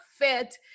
fit